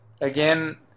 again